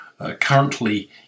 currently